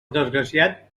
desgraciat